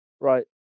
Right